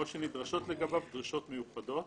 או שנדרשות לגביו דרישות מיוחדות.